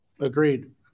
Agreed